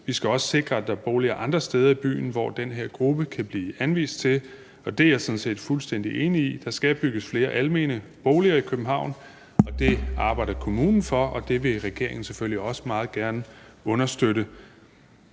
Vi skal også sikre, at der er boliger andre steder i byen, som den her gruppe kan blive anvist til. Det er jeg sådan set fuldstændig enig i. Der skal bygges flere almene boliger i København. Det arbejder kommunen for, og det vil regeringen selvfølgelig også meget gerne understøtte.